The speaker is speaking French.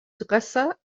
dressa